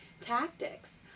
tactics